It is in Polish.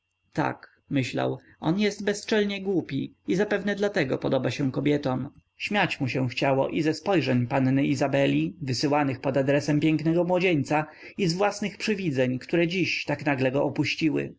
tak myślał on jest bezczelnie głupi i zapewne dlatego podoba się kobietom śmiać mu się chciało i ze spojrzeń panny izabeli wysyłanych pod adresem pięknego młodzieńca i z własnych przywidzeń które dziś tak nagle go opuściły